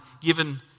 given